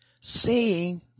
Seeing